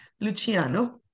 Luciano